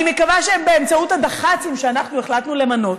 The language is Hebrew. אני מקווה שבאמצעות הדח"צים שאנחנו החלטנו למנות,